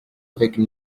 avec